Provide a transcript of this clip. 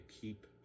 keep